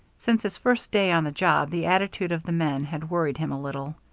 since his first day on the job the attitude of the men had worried him a little.